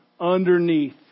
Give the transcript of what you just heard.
underneath